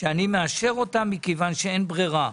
אין ברירה,